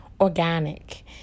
organic